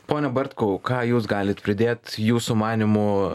pone bartkau ką jūs galit pridėt jūsų manymu